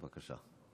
בבקשה.